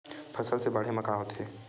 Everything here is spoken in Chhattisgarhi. फसल से बाढ़े म का होथे?